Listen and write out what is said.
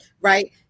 Right